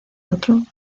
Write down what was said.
otro